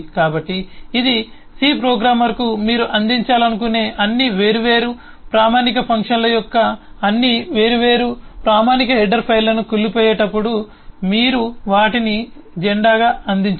కాబట్టి ఇది సి ప్రోగ్రామర్కు మీరు అందించాలనుకునే అన్ని వేర్వేరు ప్రామాణిక ఫంక్షన్ల యొక్క అన్ని వేర్వేరు ప్రామాణిక హెడర్ ఫైళ్ళను కుళ్ళిపోయేటప్పుడు మీరు వాటిని జెండాగా అందించరు